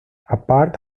apart